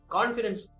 Confidence